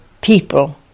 people